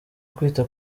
kwita